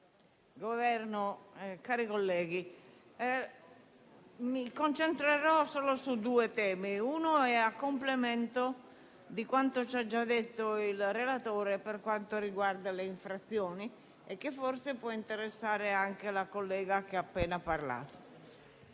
del Governo, cari colleghi, mi concentrerò solo su due temi, uno dei quali è a complemento di quanto ci ha già detto il relatore per quanto riguarda le infrazioni e forse può interessare anche la collega che ha appena parlato.